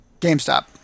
GameStop